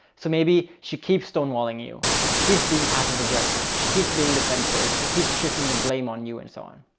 so maybe she keeps stonewalling you. she keeps being passive aggressive, she keeps being defensive, she keeps shifting the blame on you and so on.